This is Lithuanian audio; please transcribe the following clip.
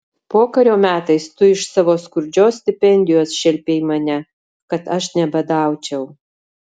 pokario metais tu iš savo skurdžios stipendijos šelpei mane kad aš nebadaučiau